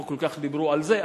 לא כל כך דיברו על זה,